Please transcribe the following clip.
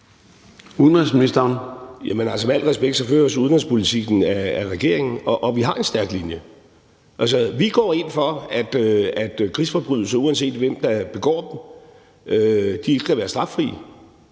Rasmussen): Jamen altså, med al respekt føres udenrigspolitikken af regeringen, og vi har en stærk linje. Vi går ind for, at krigsforbrydelser, uanset hvem der begår dem, ikke skal være straffri.